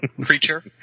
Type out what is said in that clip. creature